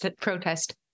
protest